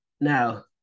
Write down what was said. Now